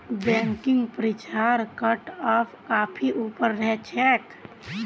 banking परीक्षार cutoff काफी ऊपर रह छेक